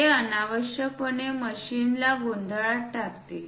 हे अनावश्यकपणे मशीनला गोंधळात टाकते